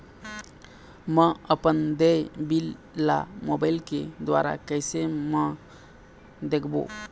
म अपन देय बिल ला मोबाइल के द्वारा कैसे म देखबो?